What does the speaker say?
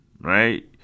right